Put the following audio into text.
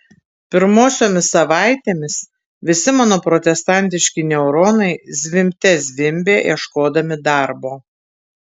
pirmosiomis savaitėmis visi mano protestantiški neuronai zvimbte zvimbė ieškodami darbo